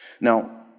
Now